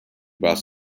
bus